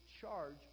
charge